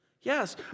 Yes